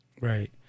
Right